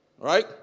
Right